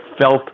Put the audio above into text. felt